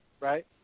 right